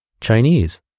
Chinese